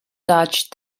dodged